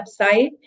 website